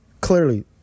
clearly